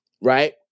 right